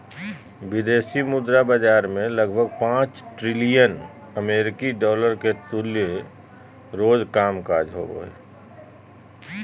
विदेशी मुद्रा बाजार मे लगभग पांच ट्रिलियन अमेरिकी डॉलर के तुल्य रोज कामकाज होवो हय